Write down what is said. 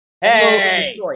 Hey